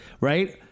right